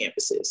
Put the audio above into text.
campuses